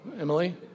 Emily